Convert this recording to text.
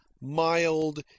mild